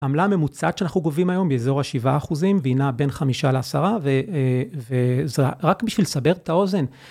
העמלה הממוצעת שאנחנו גובים היום היא באזור השבעה אחוזים, והיא נעה בין חמישה לעשרה ואה, אה רק בשביל לסבר את האוזן...